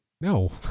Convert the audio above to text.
No